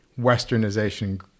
Westernization